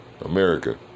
America